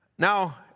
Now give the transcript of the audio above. Now